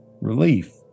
relief